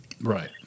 Right